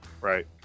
Right